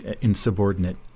insubordinate